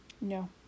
no